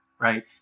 right